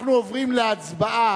אנחנו עוברים להצבעה